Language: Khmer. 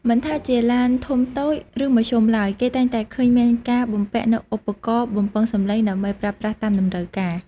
មិនថាជាឡានធំតូច ឬមធ្យមឡើយ គេតែងតែឃើញមានការបំពាក់នូវឧបករណ៍បំពងសម្លេងដើម្បីប្រើប្រាស់តាមតម្រូវការ។